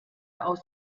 aus